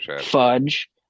fudge